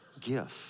gift